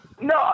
no